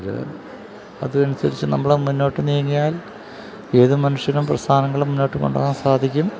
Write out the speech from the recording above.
അത് അതനുസരിച്ച് നമ്മള് മുന്നോട്ടുനീങ്ങിയാല് ഏത് മനുഷ്യനും പ്രസ്ഥാനങ്ങള് മുന്നോട്ടുകൊണ്ടുപോകാൻ സാധിക്കും